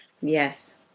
Yes